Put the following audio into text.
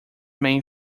main